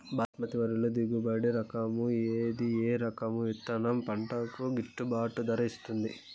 బాస్మతి వరిలో దిగుబడి రకము ఏది ఏ రకము విత్తనం పంటకు గిట్టుబాటు ధర ఇస్తుంది